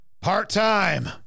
part-time